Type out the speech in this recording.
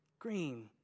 Green